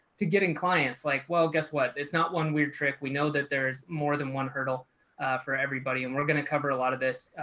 to getting clients like, well, guess what, it's not one weird trick, we know that there's more than one hurdle for everybody. and we're going to cover a lot of this,